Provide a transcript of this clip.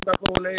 petrol